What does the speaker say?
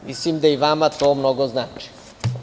Mislim da će vam to mnogo značiti.